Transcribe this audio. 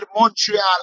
Montreal